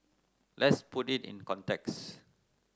let's put it in context